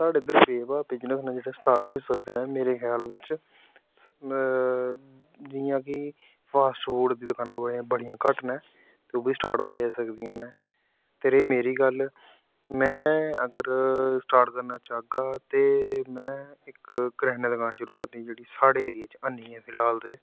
स्हाड़े इद्धर बेबा बिजनेस अगर स्टार्ट करना चाहगा ते मैं इक करेयाने दी दकान शुरू करनी जेह्ड़ी साढ़े एरिये च हैनी ऐ फिलहाल ते